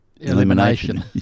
elimination